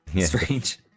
strange